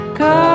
go